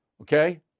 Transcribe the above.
okay